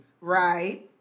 Right